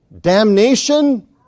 damnation